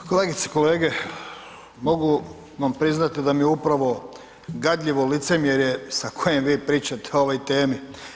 Kolegice i kolege mogu vam priznati da mi je upravo gadljivo licemjerje sa kojim vi pričate o ovoj temi.